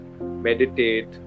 meditate